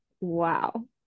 wow